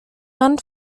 mann